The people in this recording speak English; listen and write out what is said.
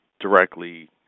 directly